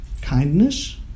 kindness